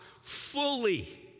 fully